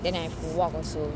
then I walk also